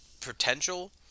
potential